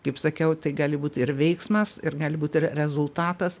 kaip sakiau tai gali būt ir veiksmas ir gali būt ir rezultatas